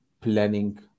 planning